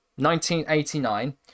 1989